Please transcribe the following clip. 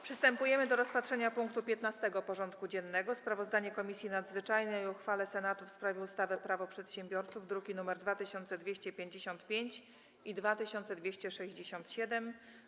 Przystępujemy do rozpatrzenia punktu 15. porządku dziennego: Sprawozdanie Komisji Nadzwyczajnej o uchwale Senatu w sprawie ustawy Prawo przedsiębiorców (druki nr 2255 i 2267)